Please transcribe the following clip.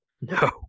No